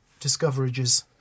discoverages